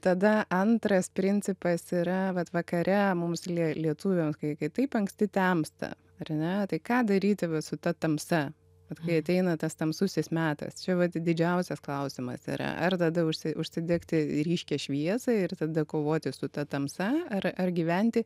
tada antras principas yra vat vakare mums kie lietuviams kai kai taip anksti temsta ar ne tai ką daryti vat su ta tamsa vat kai ateina tas tamsusis metas čia vat didžiausias klausimas yra ar tada užsi užsidegti ryškią šviesą ir tada kovoti su ta tamsa ar ar gyventi